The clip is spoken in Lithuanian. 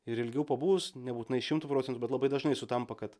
ir ilgiau pabuvus nebūtinai šimtu procentų bet labai dažnai sutampa kad